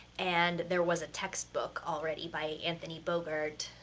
and there was a textbook already by anthony bogaert,